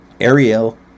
Ariel